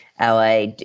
LA